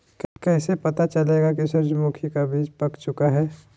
कैसे पता चलेगा की सूरजमुखी का बिज पाक चूका है?